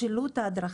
שילוט ההדרכה.